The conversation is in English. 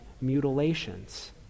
mutilations